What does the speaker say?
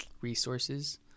resources